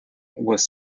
was